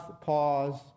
pause